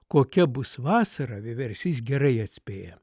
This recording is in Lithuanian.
kokia bus vasara vieversys gerai atspėja